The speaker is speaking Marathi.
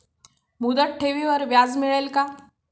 मुदत ठेवीवर व्याज मिळेल का?